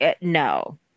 no